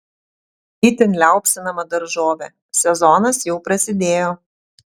itin liaupsinama daržovė sezonas jau prasidėjo